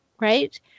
right